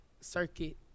circuit